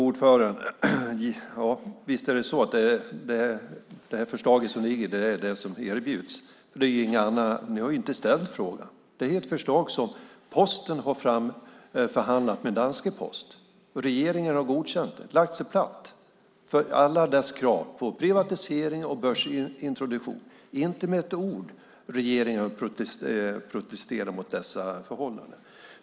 Fru talman! Ja, det är det förslag som ligger som erbjuds. Men ni har inte ställt frågan. Det här är ett förslag som Posten har framförhandlat med Post Danmark, och regeringen har godkänt det - har lagt sig platt för alla dess krav på privatisering och börsintroduktion. Inte med ett ord har regeringen protesterat mot dessa förhållanden.